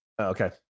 okay